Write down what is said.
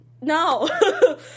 No